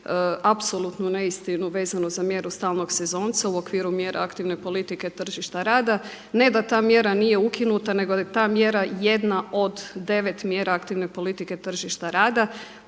apsolutnu neistinu vezanu za mjeru stalnog sezonca u okviru mjera aktivne politike tržišta rada. Ne da ta mjera nije ukinuta nego je ta jedna mjera od 9 mjera aktivne politike tržišta rada,